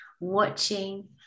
watching